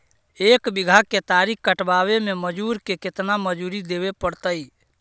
एक बिघा केतारी कटबाबे में मजुर के केतना मजुरि देबे पड़तै?